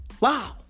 Wow